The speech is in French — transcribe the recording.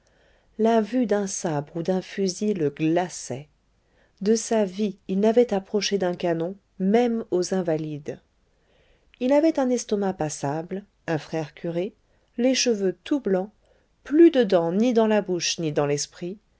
la vue d'un sabre ou d'un fusil le glaçait de sa vie il n'avait approché d'un canon même aux invalides il avait un estomac passable un frère curé les cheveux tout blancs plus de dents ni dans la bouche ni dans l'esprit